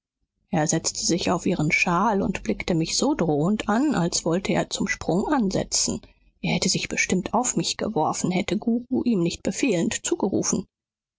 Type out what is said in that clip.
er setzte sich auf ihren schal und blickte mich so drohend an als wollte er zum sprung ansetzen er hätte sich bestimmt auf mich geworfen hätte guru ihm nicht befehlend zugerufen